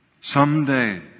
Someday